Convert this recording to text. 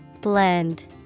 Blend